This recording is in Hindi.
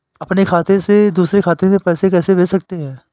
अपने खाते से दूसरे खाते में पैसे कैसे भेज सकते हैं?